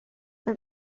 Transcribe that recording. them